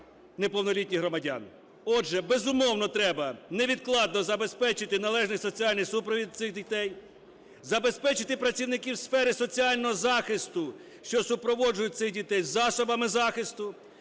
неповнолітніх громадян? Отже, безумовно, треба невідкладно забезпечити належний соціальний супровід цих дітей; забезпечити працівників сфери соціального захисту, що супроводжують цих дітей, засобами захисту,